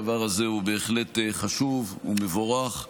הדבר הזה הוא בהחלט חשוב ומבורך,